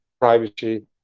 privacy